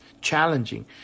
challenging